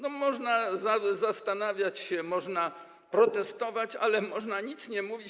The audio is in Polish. Można zastanawiać się, można protestować, ale można nic nie mówić.